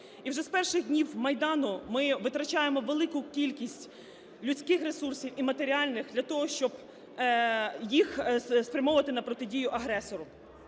І вже з перших днів Майдану ми витрачаємо велику кількість людських ресурсів і матеріальних для того, щоб їх спрямовувати на протидію агресору.